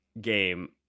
game